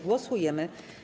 Głosujemy.